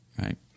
right